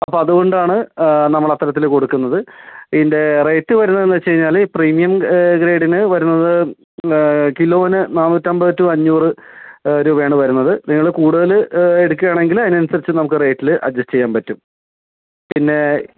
അപ്പോൾ അതുകൊണ്ടാണ് നമ്മളത്തരത്തിൽ കൊടുക്കുന്നത് ഇതിൻ്റെ റേറ്റ് വരുന്നതെന്ന് വെച്ചുകഴിഞ്ഞാൽ പ്രീമിയം ഗ്രേഡിനു വരുന്നത് കിലോന് നാന്നൂറ്റമ്പത് ടു അഞ്ഞൂറ് രൂപയാണ് വരുന്നത് നിങ്ങൾ കൂടുതൽ എടുക്കുകയാണെങ്കിൽ അതിനനുസരിച്ച് നമുക്ക് റേറ്റിൽ അഡ്ജസ്റ്റ് ചെയ്യാൻ പറ്റും പിന്നെ